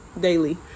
daily